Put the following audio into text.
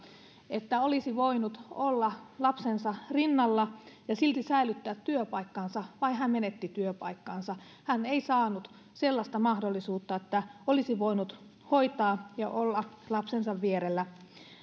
että olisi voinut olla lapsensa rinnalla ja silti säilyttää työpaikkansa vaan hän menetti työpaikkansa hän ei saanut sellaista mahdollisuutta että olisi voinut hoitaa ja olla lapsensa vierellä